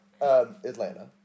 Atlanta